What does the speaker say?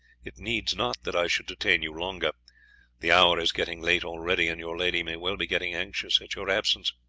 it needs not that i should detain you longer the hour is getting late already, and your lady may well be getting anxious at your absence.